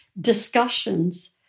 discussions